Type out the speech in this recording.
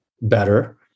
better